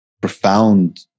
profound